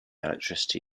electricity